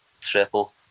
triple